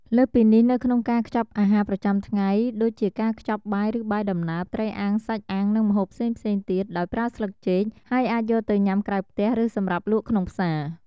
លើសពីនេះ នៅក្នុងការខ្ចប់អាហារប្រចាំថ្ងៃ ដូចជាការខ្ចប់បាយឬបាយដំណើប ត្រីអាំង សាច់អាំង និងម្ហូបផ្សេងៗទៀត ដោយប្រើស្លឹកចេក ហើយអាចយកទៅញ៉ាំក្រៅផ្ទះ ឬសម្រាប់លក់ក្នុងផ្សារ។